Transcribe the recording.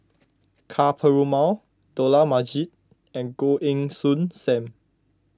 Ka Perumal Dollah Majid and Goh Heng Soon Sam